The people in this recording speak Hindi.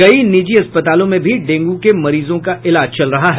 कई निजी अस्पतालों में भी डेंगू के मरीजों का इलाज चल रहा है